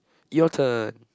your turn